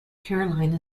carolina